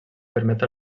permet